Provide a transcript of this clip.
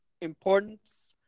importance